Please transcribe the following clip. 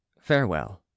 Farewell